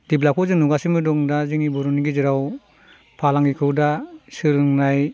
देभलपखौ जों नुगासिनोबो दङ दा जोंनि बर'नि गेजेराव फालांगिखौ दा सोलोंनायनि